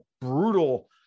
brutal